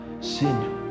sin